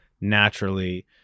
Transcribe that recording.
naturally